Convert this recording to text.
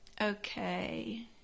Okay